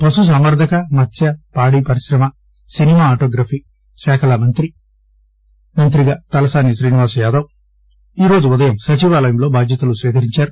పశుసంవర్దక మత్య పాడి పరిశ్రమ సినిమాటోగ్రఫీ శాఖల మంత్రిగా తలసాని శ్రీనివాస్ యాదవ్ ఈ రోజు ఉదయం సచివాలయంలో బాధ్యతలు స్వీకరించారు